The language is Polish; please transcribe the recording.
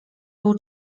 był